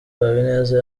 habineza